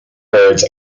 birds